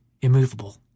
immovable